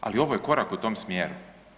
Ali ovo je korak u tom smjeru.